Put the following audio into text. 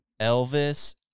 elvis